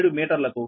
997 మీటర్లకు